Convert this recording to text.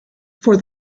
for